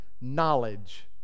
knowledge